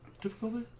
difficulty